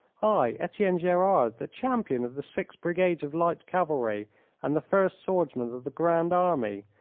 i, etienne gerard, the champion of the six brigades of light cavalry and the first swordsman of the grand army,